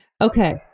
Okay